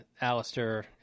Alistair